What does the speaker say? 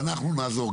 ואנחנו נעזור לו,